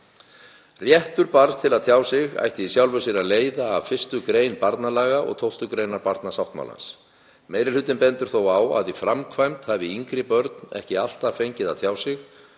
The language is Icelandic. Réttur barns til að tjá sig ætti í sjálfu sér að leiða af 1. gr. barnalaga og 12. gr. barnasáttmálans. Meiri hlutinn bendir þó á að í framkvæmd hafi yngri börn ekki alltaf fengið að tjá sig